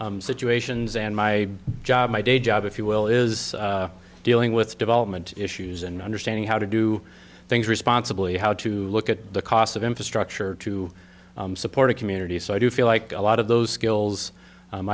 situations and my job my day job if you will is dealing with development issues and understanding how to do things responsibly how to look at the cost of infrastructure to support a community so i do feel like a lot of those skills